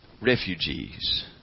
Refugees